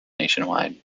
nationwide